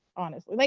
honestly. like